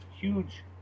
huge